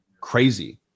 crazy